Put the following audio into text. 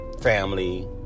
family